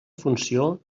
funció